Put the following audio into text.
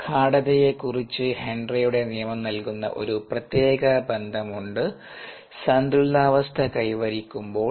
ഗാഢതയെ കുറിച്ച് ഹെൻറിയുടെ നിയമം നൽകുന്ന ഒരു പ്രത്യേക ബന്ധം ഉണ്ട് സന്തുലിതാവസ്ഥ കൈവരിക്കുമ്പോൾ